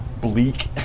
bleak